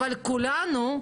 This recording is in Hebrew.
אבל כולנו,